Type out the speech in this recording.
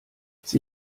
sie